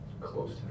close